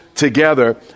together